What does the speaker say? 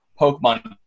Pokemon